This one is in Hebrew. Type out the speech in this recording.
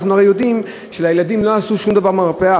אנחנו הרי יודעים שלילדים לא עשו שום דבר במרפאה,